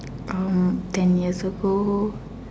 um ten years ago